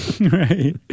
Right